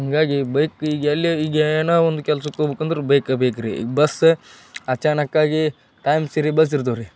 ಹಾಗಾಗಿ ಬೈಕ್ ಈಗ ಎಲ್ಲೇ ಈಗ ಏನೇ ಒಂದು ಕೆಲ್ಸಕ್ಕೆ ಹೋಗ್ಬೇಕಂದ್ರು ಬೈಕೇ ಬೇಕ್ರಿ ಬಸ್ ಅಚಾನಕ್ಕಾಗಿ ಟೈಮ್ ಸರಿ ಬಸ್ ಇರ್ತವೆ ರೀ